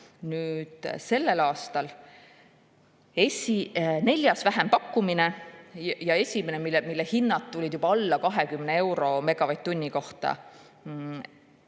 vaja. Sellel aastal oli neljas vähempakkumine ja esimene, mille hinnad tulid juba alla 20 euro megavatt-tunni kohta.